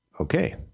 Okay